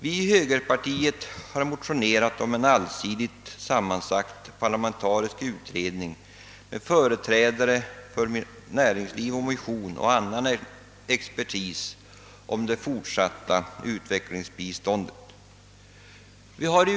Vi i högerpartiet har motionerat om en allsidigt sammansatt parlamentarisk utredning angående det fortsatta utvecklingsarbetet, en utredning med företrädare även för näringsliv, mission och annan expertis.